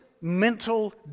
mental